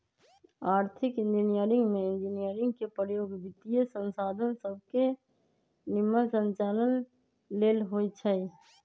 आर्थिक इंजीनियरिंग में इंजीनियरिंग के प्रयोग वित्तीयसंसाधन सभके के निम्मन संचालन लेल होइ छै